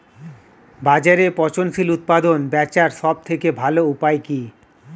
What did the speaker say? বাজারে পচনশীল উৎপাদন বেচার সবথেকে ভালো উপায় কি?